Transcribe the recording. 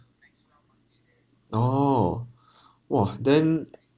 oh !wah! then